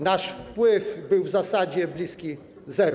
Nasz wpływ był w zasadzie bliski zeru.